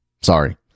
Sorry